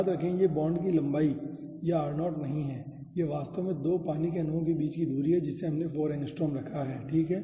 याद रखें यह बॉन्ड लंबाई या r0 नहीं है यह वास्तव में 2 पानी के अणुओं के बीच की दूरी है जिसे हमने 4 एंगस्ट्रॉम रखा है ठीक है